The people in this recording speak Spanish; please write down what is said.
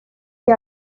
que